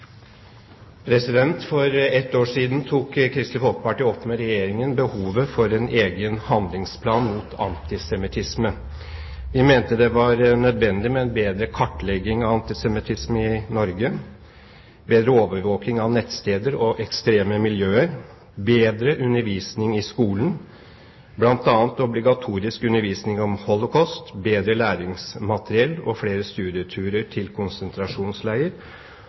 For ett år siden tok Kristelig Folkeparti opp med Regjeringen behovet for en egen handlingsplan mot antisemittisme. Vi mente det var nødvendig med en bedre kartlegging av antisemittisme i Norge, bedre overvåking av nettsteder og ekstreme miljøer, bedre undervisning i skolen, bl.a. obligatorisk undervisning om holocaust, bedre læringsmateriell, flere studieturer til